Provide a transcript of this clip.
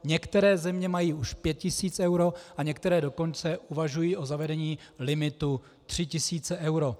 Některé země mají už 5 tisíc eur a některé dokonce uvažují o zavedení limitu 3 tisíce eur.